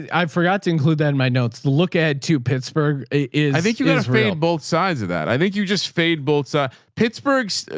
i forgot to include that in my notes to look at to pittsburgh is i think you guys feel on both sides of that. i think you just fade bolts, a pittsburgh, so